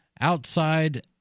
outside